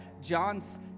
John's